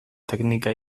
teknika